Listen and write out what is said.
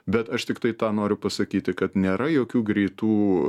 bet aš tiktai tą noriu pasakyti kad nėra jokių greitų